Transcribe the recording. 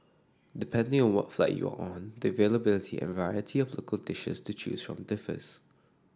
depending on what flight you are on the availability and variety of local dishes to choose from differs